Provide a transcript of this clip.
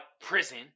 prison